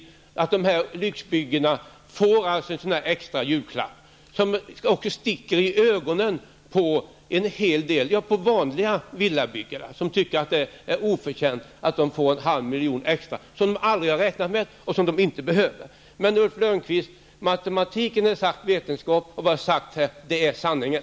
De som står för de lyxbyggen som det talats om får en extra julklapp, något som sticker i ögonen på vanliga villabyggare, som tycker att det är oförtjänt att de som ligger bakom lyxbyggena skall få en halv miljon extra som de aldrig har räknat med och som de inte behöver. Men, Ulf Lönnqvist, matematiken är en exakt vetenskap, och vad jag har sagt här är sanningen.